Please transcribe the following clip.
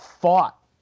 fought